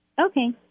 Okay